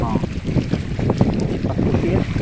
अस्तु कियत्